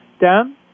Dan